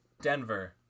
Denver